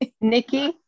Nikki